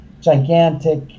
gigantic